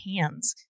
hands